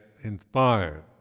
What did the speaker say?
inspired